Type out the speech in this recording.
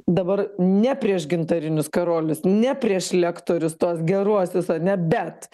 dabar ne prieš gintarinius karolius ne prieš lektorius tuos geruosius ane bet